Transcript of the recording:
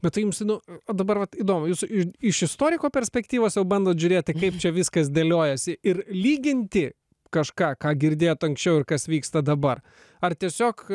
bet tai jums nu o dabar vat įdomu jūs iš istoriko perspektyvos jau bandot žiūrėti kaip čia viskas dėliojasi ir lyginti kažką ką girdėjot anksčiau ir kas vyksta dabar ar tiesiog